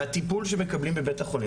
בטיפול שמקבלים בבית-החולים.